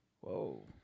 Whoa